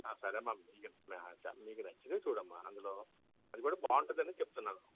ఆ సరే అమ్మా మీ మీకు నచ్చినవి చూడు అమ్మా అందులో అది కూడా బాగుంటుందని చెప్తున్నాను